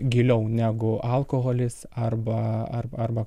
giliau negu alkoholis arba arba arba